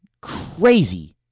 crazy